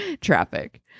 traffic